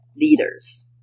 leaders